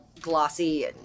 glossy